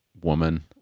woman